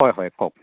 হয় হয় কওক